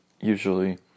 usually